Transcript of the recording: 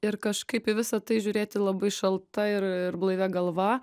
ir kažkaip į visa tai žiūrėti labai šalta ir ir blaivia galva